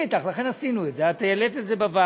צריך לחזק את הצפון גם,